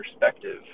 perspective